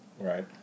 Right